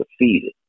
defeated